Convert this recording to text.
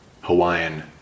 hawaiian